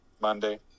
Monday